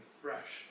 fresh